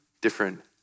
different